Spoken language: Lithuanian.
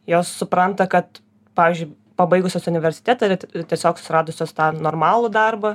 jos supranta kad pavyzdžiui pabaigusios universitetą ar tiesiog susiradusios tą normalų darbą